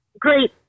great